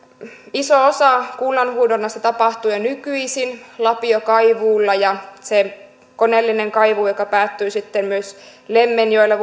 iso osa kullanhuuhdonnasta tapahtuu jo nykyisin lapiokaivuulla ja se koneellinen kaivuu joka päättyy sitten myös lemmenjoella